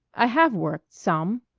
i have worked some.